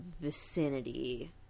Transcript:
vicinity